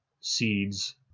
seeds